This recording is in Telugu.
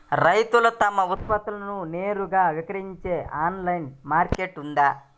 రైతులు తమ ఉత్పత్తులను నేరుగా విక్రయించే ఆన్లైను మార్కెట్ ఉందా?